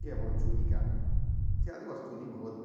एवं छुरिका इत्यादि वस्तूनि भवति